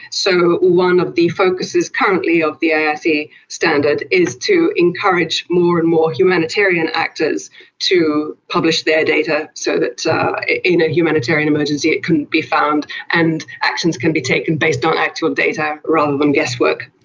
so one of the focuses currently of the iati standard is to encourage more and more humanitarian actors to publish their data so that in a humanitarian emergency it can be found and actions can be taken based on actual data rather than guesswork.